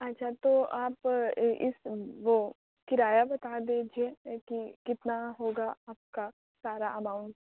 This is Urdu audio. اچھا تو آپ اِس وہ کرایہ بتا دیجیے کہ کتنا ہوگا آپ کا سارا اماؤنٹ